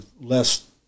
less